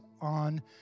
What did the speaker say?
on